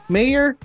Mayor